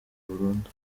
burundu